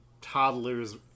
toddler's